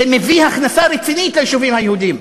זה מביא הכנסה רצינית ליישובים היהודיים.